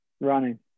running